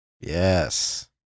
Yes